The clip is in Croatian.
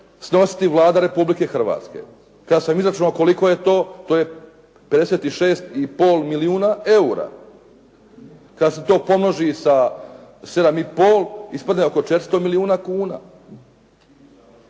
snositi Vlada Republike Hrvatske. Kada sam izračunao koliko je to to je 56,5 milijuna eura. Kada se to pomnoži sa 7,5 ispadne oko 400 milijuna kuna.